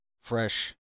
fresh